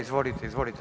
Izvolite.